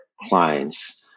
clients